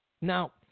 Now